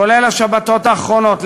כולל השבתות האחרונות,